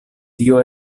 tio